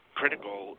critical